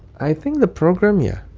i think the program yeah.